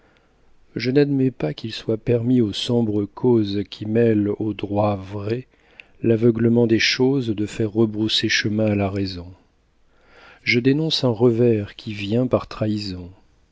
je n'admets pas qu'il soit permis aux sombres causes qui mêlent aux droits vrais l'aveuglement des choses de faire rebrousser chemin à la raison je dénonce un revers qui vient par trahison